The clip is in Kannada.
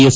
ಎಸ್